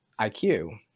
IQ